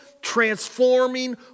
transforming